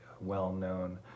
well-known